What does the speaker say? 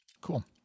Cool